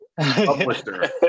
publisher